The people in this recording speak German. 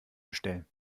bestellen